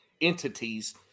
entities